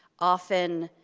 often,